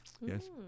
Yes